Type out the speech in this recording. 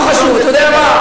לא חשוב, אתה יודע מה?